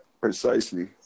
Precisely